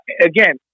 again